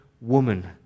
woman